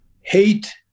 Hate